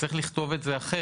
צריך לכתוב את זה אחרת,